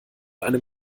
einem